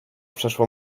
przeszło